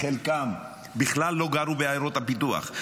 חלקם בכלל לא גרו בעיירות הפיתוח,